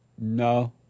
No